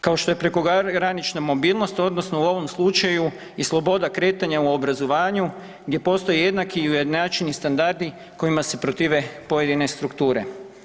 Kao što je prekogranična mobilnost, odnosno u ovom slučaju i sloboda kretanja u obrazovanju, gdje postoje jednaki i ujednačeni standardi kojima se protive pojedine strukture.